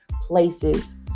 places